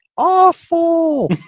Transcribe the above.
awful